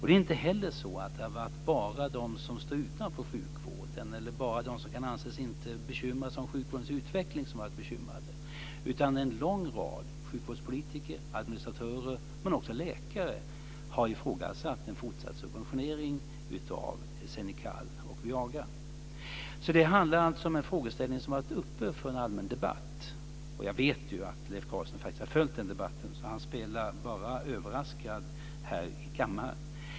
Det är inte heller så att det har varit bara de som står utanför sjukvården eller bara de som kan anses inte bekymra sig om sjukvårdens utveckling som har varit bekymrade. En lång rad sjukvårdspolitiker, administratörer men också läkare har ifrågasatt en fortsatt subventionering av Xenical och Viagra. Det handlar alltså om en frågeställning som har varit föremål för en allmän debatt. Och jag vet ju att Leif Carlson faktiskt har följt den debatten, så han spelar bara överraskad här i kammaren.